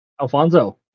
Alfonso